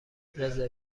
رزرو